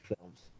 films